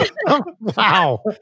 Wow